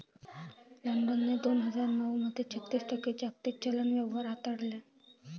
लंडनने दोन हजार नऊ मध्ये छत्तीस टक्के जागतिक चलन व्यवहार हाताळले